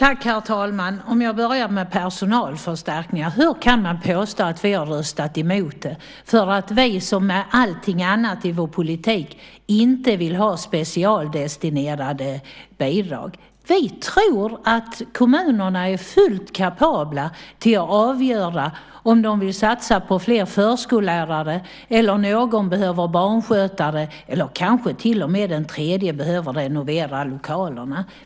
Herr talman! Om jag berömmer personalförstärkningar, hur kan man då påstå att vi har röstat emot det? Som med allting annat i vår politik vill vi inte ha specialdestinerade bidrag. Vi tror att kommunerna är fullt kapabla att avgöra om de vill satsa på fler förskollärare, eller om någon behöver barnskötare eller kanske till och med en tredje behöver renovera lokalerna.